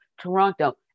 Toronto